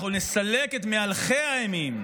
אנחנו נסלק את מהלכי האימים,